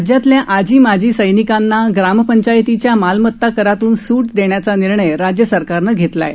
राज्यातल्या आजी माजी सैनिकांना ग्रामपंचायतींच्या मालमता करातून सूट देण्याचा निर्णय राज्य सरकारनं घेतला आहे